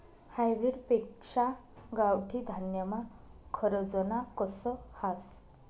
hybrid पेक्शा गावठी धान्यमा खरजना कस हास